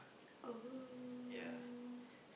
oh